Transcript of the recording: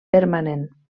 permanent